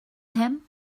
him